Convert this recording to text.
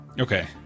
okay